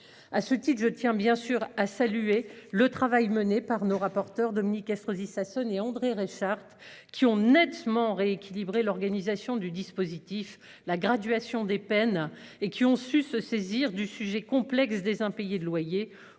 À ce type je tiens bien sûr à saluer le travail mené par nos rapporteurs Dominique Estrosi Sassone et André Reichardt qui ont nettement rééquilibré l'organisation du dispositif. La graduation des peines et qui ont su se saisir du sujet complexe des impayés de loyer